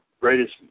greatest